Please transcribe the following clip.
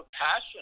passion